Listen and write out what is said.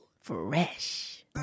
Fresh